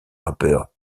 rappeur